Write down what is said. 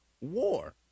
war